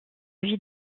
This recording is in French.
vie